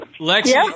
Lexi